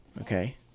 Okay